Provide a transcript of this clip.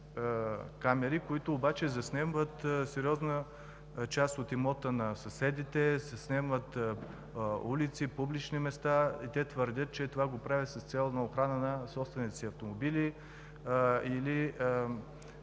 камери, които обаче заснемат сериозна част от имота на съседите, улици, публични места, и твърдят, че правят това с цел охрана на собствените си автомобили или